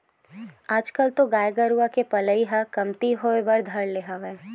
आजकल तो गाय गरुवा के पलई ह कमती होय बर धर ले हवय